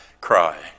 cry